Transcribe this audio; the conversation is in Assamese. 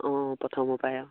অঁ প্ৰথমৰ পৰাই অঁ